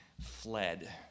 fled